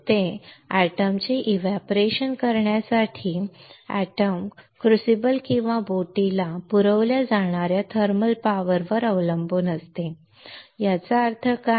ते एटम चे एव्हपोरेशन करण्यासाठी एटम चे एव्हपोरेशन करण्यासाठी क्रूसिबल किंवा बोटीला पुरविल्या जाणार्या थर्मल पॉवर वर अवलंबून असते याचा अर्थ काय